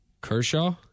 Kershaw